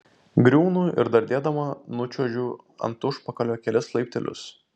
griūnu ir dardėdama nučiuožiu ant užpakalio kelis laiptelius